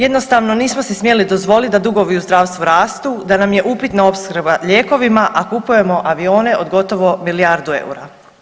Jednostavno nismo si smjeli dozvolit da dugovi u zdravstvu rastu, da nam je upitna opskrba lijekovima, a kupujemo avione od gotovo milijardu eura.